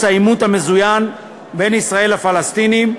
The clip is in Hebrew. העימות המזוין בין ישראל לפלסטינים,